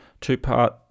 two-part